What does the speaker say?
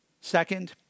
Second